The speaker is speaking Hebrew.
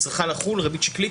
צריכה לחול ריבית שקלית,